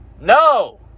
No